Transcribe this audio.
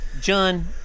John